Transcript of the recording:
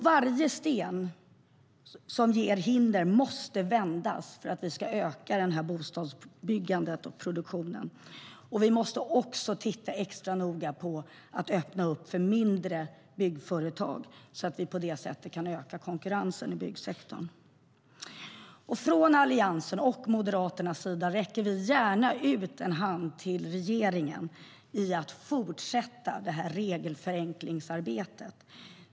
Varje sten som innebär hinder måste vändas för att vi ska kunna öka bostadsbyggandet och produktionen. Vi måste också titta extra noga på att öppna för mindre byggföretag så att vi på det sättet kan öka konkurrensen i byggsektorn.Från Alliansens och Moderaternas sida räcker vi gärna ut en hand till regeringen för att fortsätta regelförenklingsarbetet.